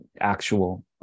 actual